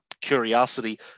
curiosity